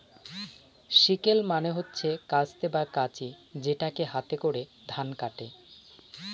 sickle মানে হচ্ছে কাস্তে বা কাঁচি যেটাকে হাতে করে ধান কাটে